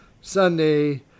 Sunday